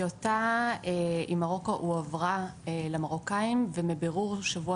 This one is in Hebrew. הטיוטה עם מרוקו הועברה למרוקאים ומבירור בשבוע